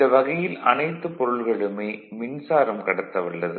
இந்த வகையில் அனைத்து பொருள்களுமே மின்சாரம் கடத்தவல்லது